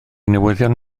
newyddion